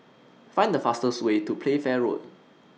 Find The fastest Way to Playfair Road